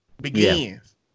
begins